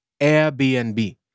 Airbnb